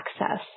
access